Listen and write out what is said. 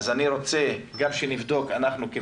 אז אני רוצה שנבדוק אנחנו,